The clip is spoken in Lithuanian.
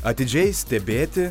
atidžiai stebėti